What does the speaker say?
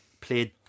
Played